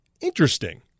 interesting